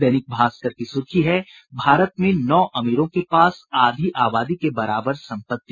दैनिक भास्कर ने सुर्खी है भारत में नौ अमीरों के पास आधी आबादी के बराबर संपत्ति